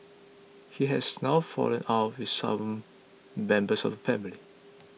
he has now fallen out with some members of the family